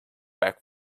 back